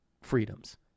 freedoms